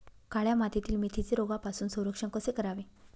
काळ्या मातीतील मेथीचे रोगापासून संरक्षण कसे करावे?